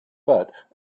but